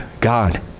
God